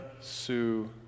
Sue